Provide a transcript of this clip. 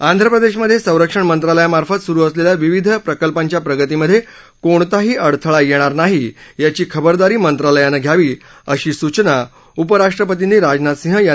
आंधप्रदेश मधे संरक्षण मंत्रालयामार्फत सुरु असलेल्या विविध प्रकल्पांच्या प्रगतीमधे कोणताही अडथळा येणार नाही याची खबरदारी मंत्रालयानं घ्यावी अशा सूचना उपराष्ट्रपतींनी राजनाथ सिंग यांना दिल्या